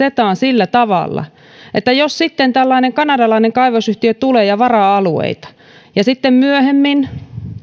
cetaan sillä tavalla että jos sitten tällainen kanadalainen kaivosyhtiö tulee ja varaa alueita ja sitten myöhemmin